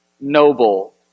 noble